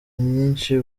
nyinshi